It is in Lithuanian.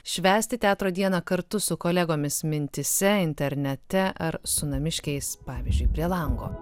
švęsti teatro dieną kartu su kolegomis mintyse internete ar su namiškiais pavyzdžiui prie lango